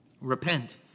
Repent